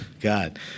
God